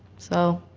so